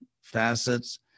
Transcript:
facets